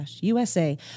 USA